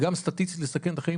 גם סטטיסטית לסכן את החיים.